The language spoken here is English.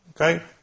Okay